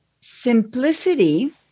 Simplicity